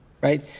Right